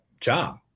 job